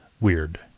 weird